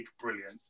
brilliant